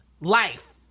life